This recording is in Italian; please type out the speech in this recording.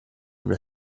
una